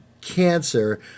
cancer